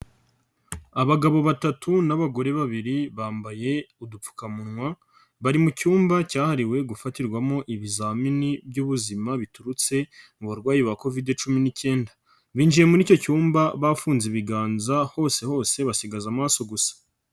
Abagabo batatu n'abagore babiri bambaye udupfukamunwa, bari mu cyumba cyahariwe gufatirwamo ibizamini by'ubuzima biturutse mu barwayi ba Kovidi cumi n'icyenda, binjiye muri icyo cyumba bafunze ibiganza hose hose basigaza amaraso gusa.